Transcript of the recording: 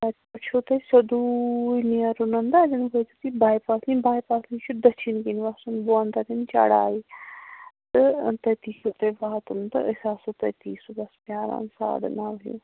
تتہِ پیٹھٕ چھُو تۄہہِ سیدوٗے نیرُن تہٕ اتین وٲتِو تُہۍ باے پاس یمِ باے پاسہٕ نِش چھُ دٔچھِنۍ کِنۍ وسُن بۄن تتٮ۪ن چھِ چڑاے تہٕ تٔتِی چھُو تۄہہِ واتُن تہٕ أسۍ آسو تٔتِی صُبس پیاران ساڈٕ نو ہیٚو